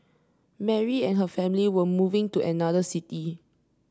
Mary and her family were moving to another city